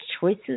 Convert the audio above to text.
choices